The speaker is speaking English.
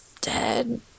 dead